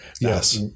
Yes